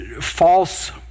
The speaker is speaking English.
false